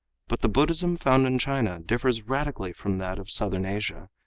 but the buddhism found in china differs radically from that of southern asia,